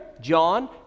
John